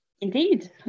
Indeed